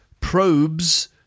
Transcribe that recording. probes